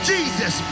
Jesus